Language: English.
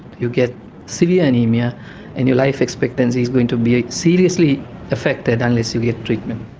you get severe anaemia and your life expectancy is going to be seriously affected unless you get treatment.